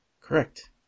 Correct